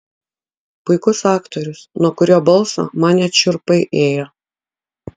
puikus aktorius nuo kurio balso man net šiurpai ėjo